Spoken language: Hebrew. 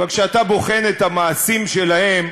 אבל כשאתה בוחן את המעשים שלהם,